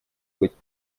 быть